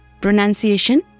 Pronunciation